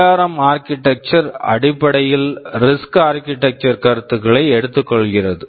ARM ARM architecture architecture அடிப்படையில் risk RISC architecture architecture கருத்துக்களை எடுத்துக்கொள்கிறது